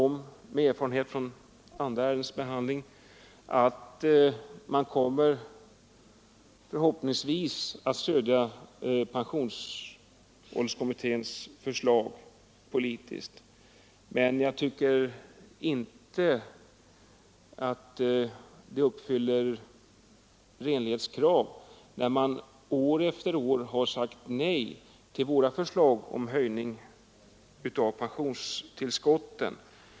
Med erfarenhet från andra ärendens behandling är jag övertygad om att man politiskt kommer att stödja pensionsålderskommitténs förslag, men jag tycker inte att man fyller uppställda renlighetskrav, när man år efter år sagt nej till våra förslag om höjning av pensionstillskotten.